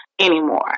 anymore